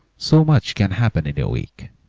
so much can happen in a week.